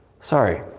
Sorry